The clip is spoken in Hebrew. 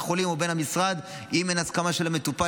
החולים או למשרד אם אין הסכמה של המטופל,